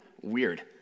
Weird